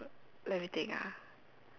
let me think ah